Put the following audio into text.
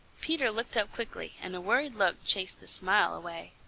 peter looked up quickly, and a worried look chased the smile away.